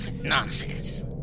Nonsense